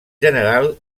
general